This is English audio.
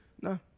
No